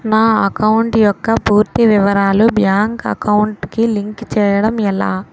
నా అకౌంట్ యెక్క పూర్తి వివరాలు బ్యాంక్ అకౌంట్ కి లింక్ చేయడం ఎలా?